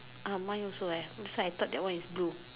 uh mine also eh so I thought that one is blue